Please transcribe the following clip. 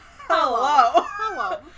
Hello